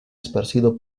esparcido